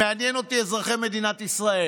מעניינים אותי אזרחי מדינת ישראל,